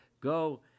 Go